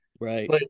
Right